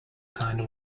kind